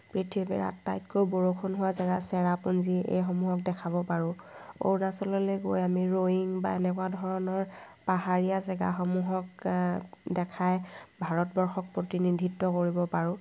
পৃথিৱীৰ আটাইতকৈ বৰষুণ হোৱা জেগা চেৰাপুঞ্জী এইসমূহক দেখাব পাৰোঁ অৰুণাচললৈ গৈ আমি ৰৈয়িং বা এনেকুৱা ধৰণৰ পাহাৰীয়া জেগাসমূহক দেখাই ভাৰতবৰ্ষক প্ৰতিনিধিত্ব কৰিব পাৰোঁ